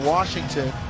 Washington